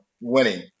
winning